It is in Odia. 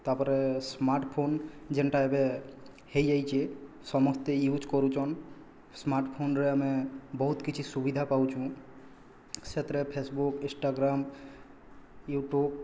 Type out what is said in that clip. ତା'ପରେ ସ୍ମାର୍ଟଫୋନ୍ ଯେଣ୍ଟା ଏବେ ହେଇଯାଇଛି ସମସ୍ତେ ୟୁଜ୍ କରୁଛନ୍ ସ୍ମାର୍ଟଫୋନ୍ରେ ଆମେ ବହୁତ କିଛି ସୁବିଧା ପାଉଛୁ ସେଥିରେ ଫେସବୁକ୍ ଇନ୍ଷ୍ଟାଗ୍ରାମ୍ ୟୁଟ୍ୟୁବ୍